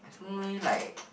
don't know leh like